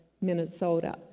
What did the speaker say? Minnesota